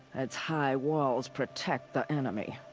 its high walls protect the enemy.